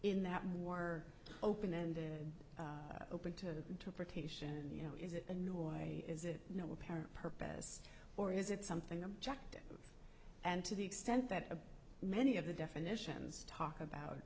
in that more open ended open to interpretation and you know is it annoy is it no apparent purpose or is it something objective and to the extent that many of the definitions talk about